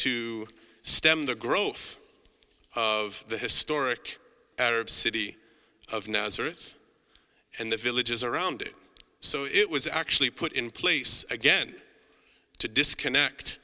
to stem the growth of the historic arab city of nazareth and the villages around it so it was actually put in place again to disconnect